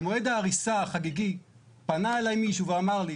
במועד ההריסה החגיגי פנה אליי מישהו ואמר לי